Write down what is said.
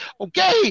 okay